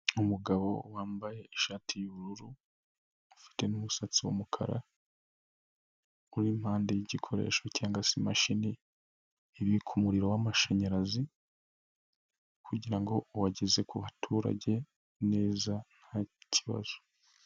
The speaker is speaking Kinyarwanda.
Umugabo wambaye ishati y'ubururu ufite n'umusatsi w'umukara uri impande y'igikoresho cyangwa se imashini ibika umuriro w'amashanyarazi kugira ngo uwugeze ku baturage neza nta kibazo.